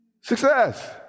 success